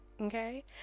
okay